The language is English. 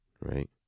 right